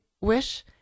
wish